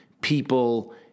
people